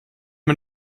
mir